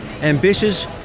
Ambitious